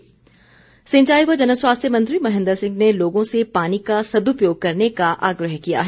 महेन्द्र सिंह सिंचाई व जन स्वास्थ्य मंत्री महेन्द्र सिंह ने लोगों से पानी का सद्पयोग करने का आग्रह किया है